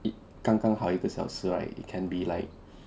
it 刚刚好一个小时 right it can be like